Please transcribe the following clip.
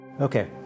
Okay